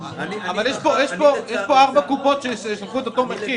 יש פה ארבע קופות חולים שציינו את אותו מחיר.